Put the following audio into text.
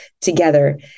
together